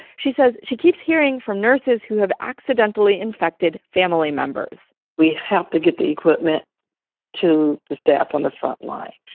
said she keeps hearing from nurses who have accidentally infected family members. we have to get the equipment to the staff on the front lines.